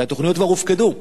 כי התוכניות כבר הופקדו.